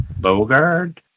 Bogard